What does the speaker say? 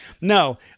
No